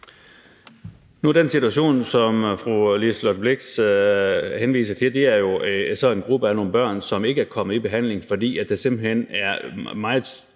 (KF): Den situation, som fru Liselott Blixt henviser til, er jo en gruppe af nogle børn, som ikke er kommet i behandling, fordi der simpelt hen er meget